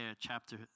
chapter